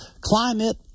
climate